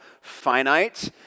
finite